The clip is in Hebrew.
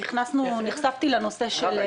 נחשפתי לנושא של